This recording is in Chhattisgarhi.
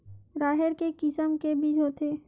राहेर के किसम के बीज होथे?